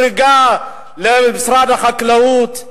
ששודרגה למשרד החקלאות,